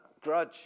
grudge